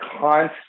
constantly